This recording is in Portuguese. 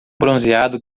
bronzeado